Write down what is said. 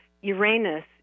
Uranus